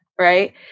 right